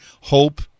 hope